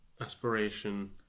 aspiration